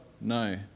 No